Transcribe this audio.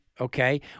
okay